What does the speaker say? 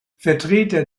vertreter